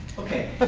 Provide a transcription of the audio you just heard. okay.